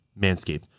Manscaped